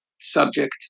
subject